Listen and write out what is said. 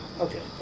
Okay